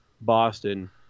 Boston